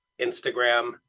Instagram